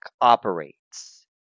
operates